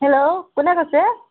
hello কোনে কৈছে